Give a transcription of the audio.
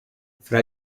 fra